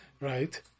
Right